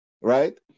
Right